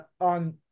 on